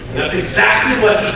exactly what